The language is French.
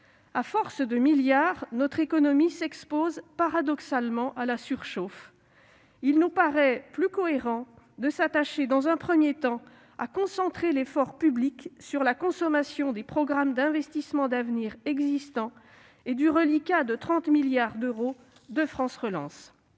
À force de milliards, notre économie s'expose paradoxalement à la surchauffe. Il nous paraît plus cohérent de nous attacher dans un premier temps à concentrer l'effort public sur la consommation des programmes d'investissements d'avenir existants et du reliquat de 30 milliards d'euros de France Relance.